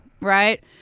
right